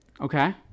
Okay